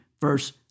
verse